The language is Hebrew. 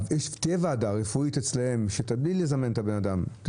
תהיה ועדה רפואית אצלם שתבחן בלי לזמן את האדם.